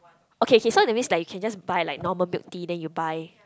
okay kay so that means like you can just buy like normal milk tea then you buy